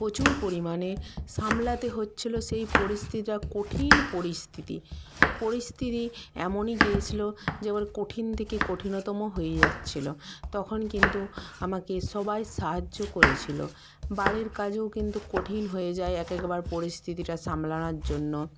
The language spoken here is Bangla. পোচুর পরিমাণে সামলাতে হচ্ছিলো সেই পরিস্থিতিটা কঠিন পরিস্থিতি পরিস্থিতি এমনই গিয়েছিলো যে এবার কঠিন থেকে কঠিনতম হয়ে যাচ্ছিলো তখন কিন্তু আমাকে সবাই সাহায্য করেছিলো বাড়ির কাজেও কিন্তু কঠিন হয়ে যায় এক একবার পরিস্থিতিটা সামলানার জন্য